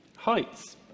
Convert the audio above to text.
Heights